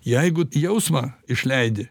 jeigu jausmą išleidi